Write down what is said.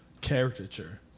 caricature